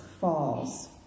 falls